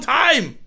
time